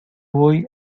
voy